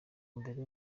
mbere